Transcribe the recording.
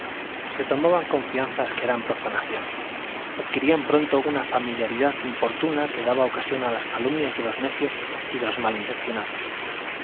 se tomaban confianzas que eran profanaciones adquirían pronto una familiaridad importuna que daba ocasión a las calumnias de los necios y de los mal intencionados